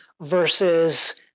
versus